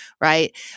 right